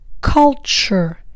culture